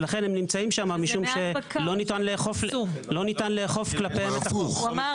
ולכן הם נמצאים שם משום שלא ניתן לאכוף עליהם את החוק.